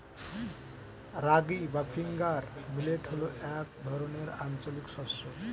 রাগী বা finger millet হল এক ধরনের আঞ্চলিক শস্য